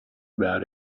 about